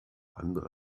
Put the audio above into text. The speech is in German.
andere